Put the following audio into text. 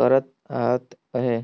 करत आत अहे